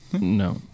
No